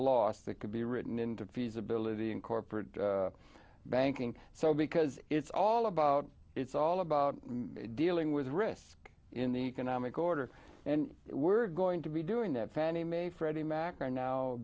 loss that could be written into feasibility in corporate banking so because it's all about it's all about dealing with risk in the economic order and we're going to be doing that fannie mae freddie mac are now